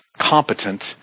competent